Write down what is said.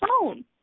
phone